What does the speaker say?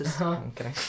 Okay